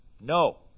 No